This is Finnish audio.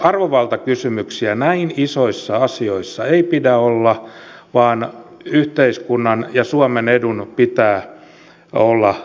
arvovaltakysymyksiä näin isoissa asioissa ei pidä olla vaan yhteiskunnan ja suomen edun pitää olla ratkaiseva